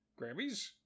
Grammys